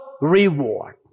reward